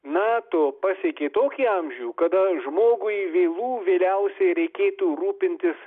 nato pasiekė tokį amžių kada žmogui vėlų vėliausiai reikėtų rūpintis